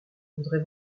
voudrais